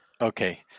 Okay